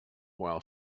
while